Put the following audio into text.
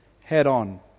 head-on